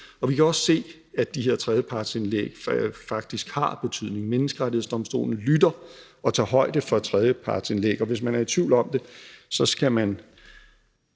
Vi kan også se, at de her tredjepartsindlæg faktisk har betydning. Menneskerettighedsdomstolen lytter og tager højde for tredjepartsindlæg. Og hvis man er i tvivl om det, skal man